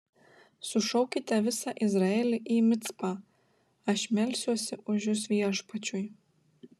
sušaukite visą izraelį į micpą aš melsiuosi už jus viešpačiui